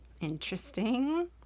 Interesting